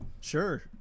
Sure